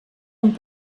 amb